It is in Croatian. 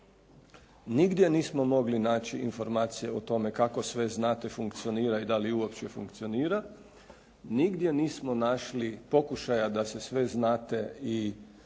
Nigdje nismo mogli naći informacije o tome kako sve znate funkcionira i dali uopće funkcionira, nigdje nismo našli pokušaja da se sve znate i